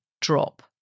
drop